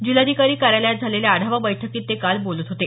जिल्हाधिकारी कार्यालयात झालेल्या आढावा बैठकीत ते काल बोलत होते